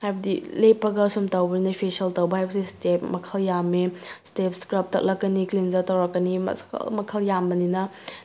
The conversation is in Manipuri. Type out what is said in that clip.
ꯍꯥꯏꯕꯗꯤ ꯂꯦꯞꯄꯒ ꯁꯨꯝ ꯇꯧꯕꯅꯤꯅ ꯐꯦꯁꯤꯌꯦꯜ ꯇꯧꯕ ꯍꯥꯏꯕꯁꯤ ꯏꯁꯇꯦꯞ ꯃꯈꯜ ꯌꯥꯝꯃꯤ ꯁ꯭ꯇꯦꯞ ꯏꯁꯀ꯭ꯔꯕ ꯇꯛꯂꯛꯀꯅꯤ ꯀ꯭ꯂꯤꯟꯖꯔ ꯇꯧꯔꯛꯀꯅꯤ ꯃꯈꯜ ꯃꯈꯜ ꯌꯥꯝꯕꯅꯤꯅ